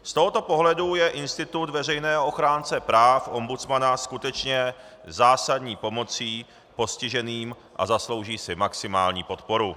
Z tohoto pohledu je institut veřejného ochránce práv, ombudsmana, skutečně zásadní pomocí postiženým a zaslouží si maximální podporu.